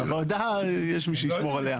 את הוועדה, יש מי שישמור עליה.